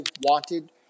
wanted